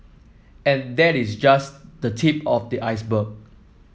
and that is just the tip of the iceberg